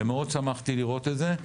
מאוד שמחתי לראות את זה.